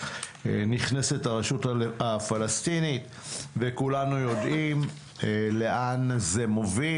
נכנסת הרשות הפלסטינית וכולנו יודעים לאן זה מוביל.